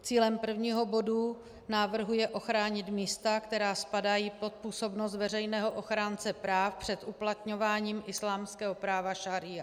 Cílem prvního bodu návrhu je ochránit místa, která spadají pod působnost veřejného ochránce práv, před uplatňováním islámského práva šaría.